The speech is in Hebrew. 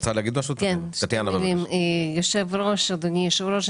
אדוני היושב-ראש,